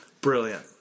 brilliant